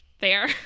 fair